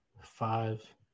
five